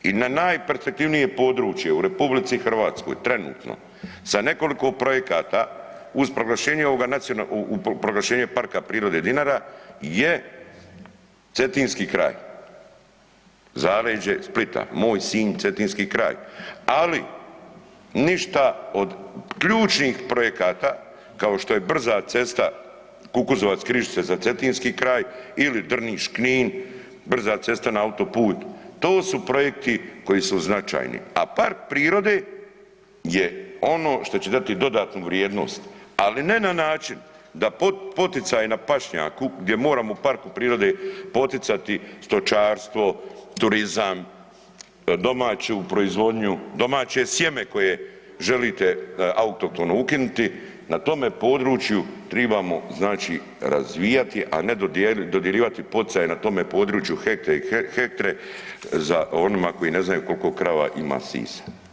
I najperspektivnije područje u RH trenutno sa nekoliko projekata uz proglašenje ovoga nacionalnoga, u proglašenje Parka prirode Dinara je cetinski kraj, zaleđe Splita, moj Sinj, cetinski kraj, ali ništa od ključnih projekata kao što je brza cesta Kukozovac-Križice za cetinski kraj, ili Drniš-Knin brza cesta na autoput, to su projekti koji su značajni, a park prirode je ono što će dati dodatnu vrijednost ali ne na način da poticaji na pašnjaku gdje moramo u parku prirode poticati stočarstvo, turizam, domaću proizvodnju, domaće sjeme koje želite autohtono ukinuti, na tome području tribamo znači razvijati, a ne dodjeljivati poticaje na tome području hektre i hektre za onima koji ne znaju koliko krava ima sisa.